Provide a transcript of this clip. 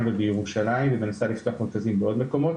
ובירושלים ומנסה לפתוח מרכזים בעוד מקומות,